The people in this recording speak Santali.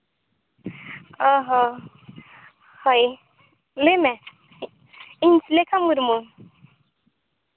ᱚᱸᱻ ᱦᱚᱸ ᱦᱳᱭ ᱞᱟᱹᱭ ᱢᱮ ᱤᱧ ᱥᱩᱞᱮᱠᱷᱟ ᱢᱩᱨᱢᱩ